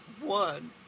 one